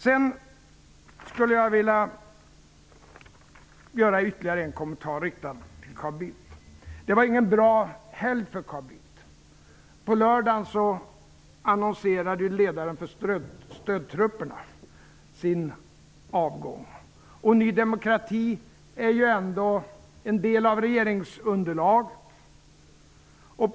Jag skulle sedan vilja göra ytterligare en kommentar, riktad till Carl Bildt. Det var ingen bra helg för Carl Bildt. På lördagen annonserade ledaren för stödtrupperna sin avgång, och Ny demokrati är ju ändå en del av regeringsunderlaget.